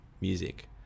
music